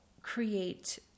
create